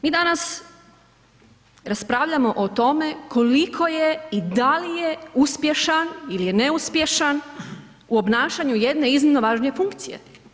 Mi danas raspravljamo o tome koliko je i da li je uspješan ili je ne uspješan u obnašanju jedne iznimno važne funkcije.